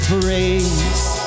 praise